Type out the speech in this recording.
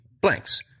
blanks